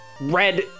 Red